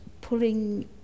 pulling